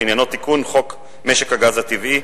שעניינו תיקון חוק משק הגז הטבעי,